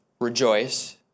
rejoice